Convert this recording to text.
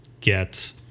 get